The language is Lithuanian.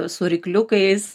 su rykliukais